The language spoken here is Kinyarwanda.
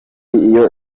iyo